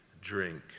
drink